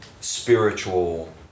spiritual